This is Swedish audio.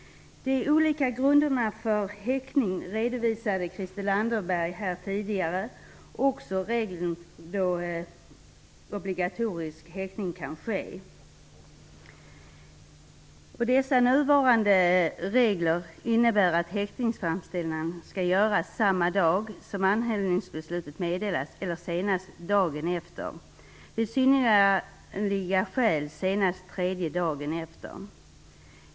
Christel Anderberg tidigare här. Det gäller också reglerna för när obligatorisk häktning kan ske. De nuvarande reglerna innebär att häktningsframställning skall göras samma dag som anhållningsbeslut meddelas eller senast dagen efter, vid synnerliga skäl senast tredje dagen efter.